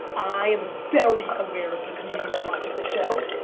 i am very aware of the community that watches the show.